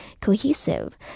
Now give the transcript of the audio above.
cohesive